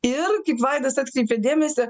ir vaidas atkreipė dėmesį